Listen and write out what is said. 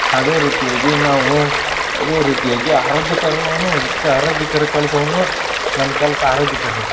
ಅದೇ ರೀತಿಯಾಗಿ ನಾವು ಅದೇ ರೀತಿಯಾಗಿ ಆರೋಗ್ಯಕರವನ್ನು ಆರೋಗ್ಯಕರ ಕೆಲಸವನ್ನು ನಮ್ಮ ಕೆಲಸ ಆರೋಗ್ಯಕರ ಇರ್ತೆ